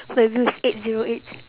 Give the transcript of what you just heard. my view is eight zero eight